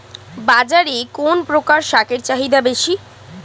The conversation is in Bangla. বাজারে কোন প্রকার শাকের চাহিদা বেশী?